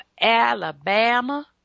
Alabama